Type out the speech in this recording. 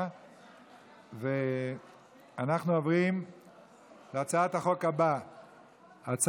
אנחנו עוברים להצעת החוק הבאה,